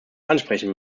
ansprechen